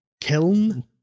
kiln